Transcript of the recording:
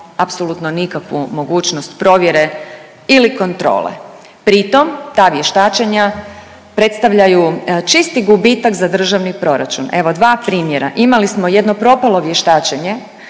apsolutno nikakvu mogućnost provjere ili kontrole. Pritom ta vještačenja predstavljaju čisti gubitak za državni proračun. Evo dva primjera, imali smo jedno propalo vještačenje